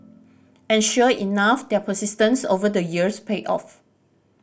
and sure enough their persistence over the years paid off